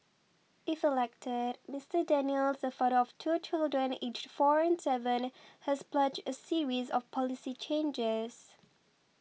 if elected Mister Daniels the father of two children aged four and seven has pledged a series of policy changes